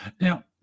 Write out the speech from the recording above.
Now